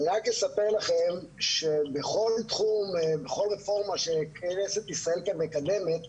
אני רק אספר לכם שבכל רפורמה שכנסת ישראל כאן מקדמת,